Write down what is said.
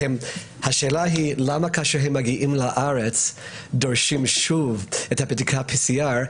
השאלה היא למה כאשר הם מגיעים לארץ דורשים שוב את בדיקת ה-PCR,